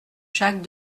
jacques